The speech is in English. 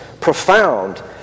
profound